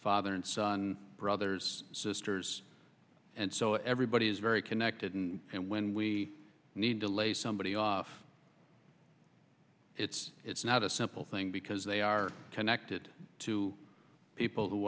father and son brothers and sisters and so everybody is very connected and when we need to lay somebody off it's it's not a simple thing because they are connected to people who